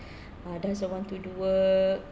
ah doesn't want to do work